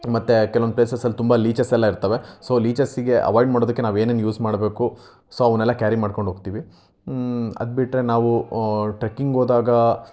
ಮತ್ತು ಕೆಲವೊಂದು ಪ್ಲೇಸಸಲ್ಲಿ ತುಂಬ ಲೀಚಸ್ ಎಲ್ಲ ಇರ್ತವೆ ಸೊ ಲೀಚಸ್ಸಿಗೆ ಅವಾಯ್ಡ್ ಮಾಡೋದಕ್ಕೆ ನಾವು ಏನೇನು ಯೂಸ್ ಮಾಡಬೇಕು ಸೊ ಅವನ್ನೆಲ್ಲ ಕ್ಯಾರಿ ಮಾಡ್ಕೊಂಡು ಹೋಗ್ತೀವಿ ಅದು ಬಿಟ್ಟರೆ ನಾವು ಟ್ರೆಕ್ಕಿಂಗ್ ಹೋದಾಗ